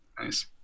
nice